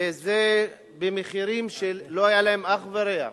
וזה במחירים שלא היה להם אח ורע,